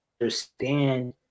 understand